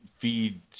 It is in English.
feed